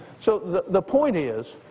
so the the point is,